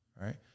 right